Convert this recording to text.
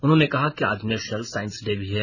उन्होंने कहा कि आज नेशनल साइंस डे भी है